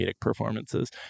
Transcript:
performances